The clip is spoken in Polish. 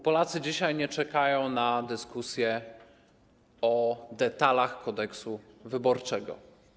Polacy dzisiaj nie czekają na dyskusję o detalach Kodeksu wyborczego.